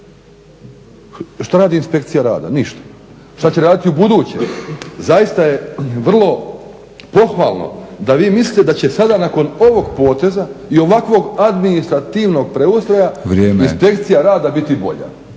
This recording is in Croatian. Šta radi inspekcija rada? Ništa. Šta će raditi ubuduće? Zaista je vrlo pohvalno da vi mislite da će sada nakon ovog poteza i ovakvog administrativnog preustroja inspekcija rada biti bolja.